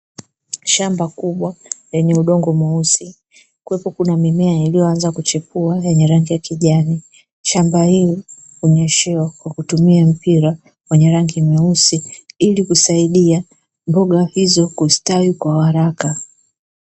Shamba kubwa lenye udongo mweusi kukiwepo kuna mimea iliyoanza kuchipua yenye rangi ya kijani, shamba hilo hunyeshewa kwa kutumia mpira wa rangi nyeusi ili kusaidia mboga hizo kustawi kwa haraka.